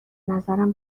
نظرم